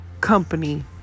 company